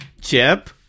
Chip